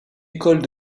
école